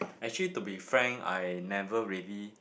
actually to be frank I never really